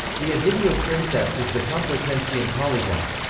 the editio princeps is the complutensian polyglot.